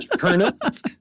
turnips